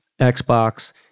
Xbox